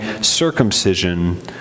circumcision